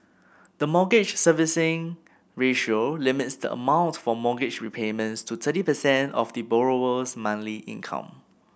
the Mortgage Servicing Ratio limits the amount for mortgage repayments to thirty percent of the borrower's monthly income